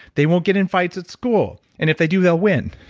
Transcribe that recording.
they won't get in fights at school, and if they do, they'll win.